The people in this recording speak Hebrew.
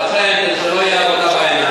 ולכן, כדי שזה לא יהיה עבודה בעיניים,